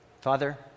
Father